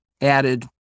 added